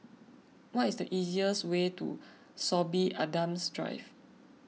what is the easiest way to Sorby Adams Drive